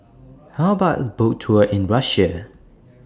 How about A Boat Tour in Russia